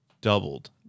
doubled